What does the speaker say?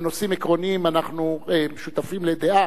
בנושאים עקרוניים אנחנו שותפים לדעה,